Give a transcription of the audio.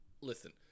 Listen